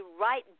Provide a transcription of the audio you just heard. right